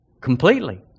completely